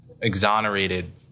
exonerated